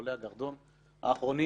עולי הגרדום האחרונים.